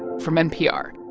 from npr